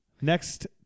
Next